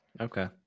Okay